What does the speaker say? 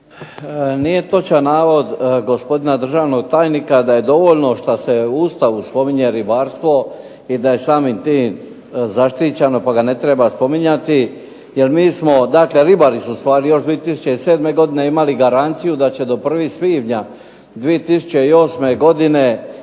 Nije točan navod gospodina državnog tajnika da je dovoljno što se u Ustavu spominje ribarstvo i da je samim tim zaštićeno pa ga ne treba spominjati jer mi smo, dakle ribari su ustvari još 2007. godine imali garanciju da će do 01. svibnja 2008. godine